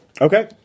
Okay